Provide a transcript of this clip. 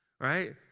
Right